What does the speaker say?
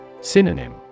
Synonym